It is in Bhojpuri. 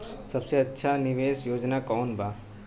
सबसे अच्छा निवेस योजना कोवन बा?